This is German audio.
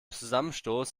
zusammenstoß